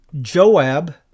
Joab